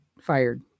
fired